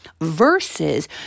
versus